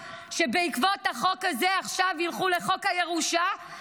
שבעקבות החוק הזה עכשיו ילכו לחוק הירושה,